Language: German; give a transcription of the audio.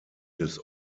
des